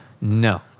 No